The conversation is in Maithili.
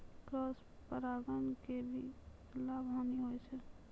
क्रॉस परागण के की लाभ, हानि होय छै?